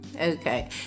Okay